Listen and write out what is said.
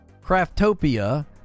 Craftopia